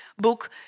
book